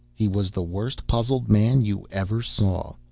he was the worst puzzled man you ever saw.